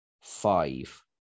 five